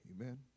Amen